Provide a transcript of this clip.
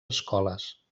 escoles